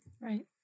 Right